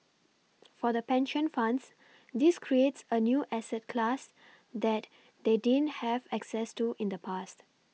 for the pension funds this creates a new asset class that they didn't have access to in the past